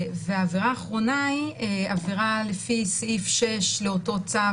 והעבירה האחרונה היא עבירה לפי סעיף 6 לאותו צו